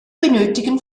benötigen